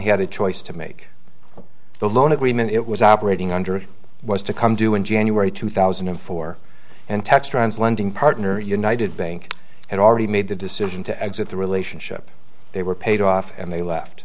he had a choice to make the loan agreement it was operating under was to come due in january two thousand and four and tex trans lending partner united bank had already made the decision to exit the relationship they were paid off and they left